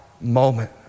moment